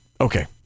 Okay